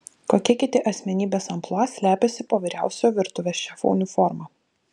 kokie kiti asmenybės amplua slepiasi po vyriausiojo virtuvės šefo uniforma